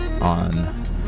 on